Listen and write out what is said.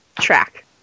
track